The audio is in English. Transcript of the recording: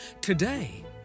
Today